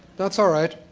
that's all right.